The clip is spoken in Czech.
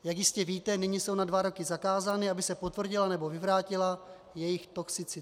Jak jistě víte, nyní jsou na dva roky zakázány, aby se potvrdila nebo vyvrátila jejich toxicita.